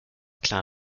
klar